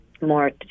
more